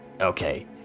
Okay